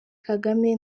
kagame